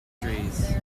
trees